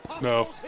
No